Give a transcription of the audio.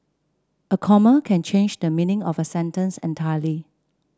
a comma can change the meaning of a sentence entirely